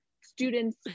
students